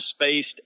spaced